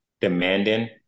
demanding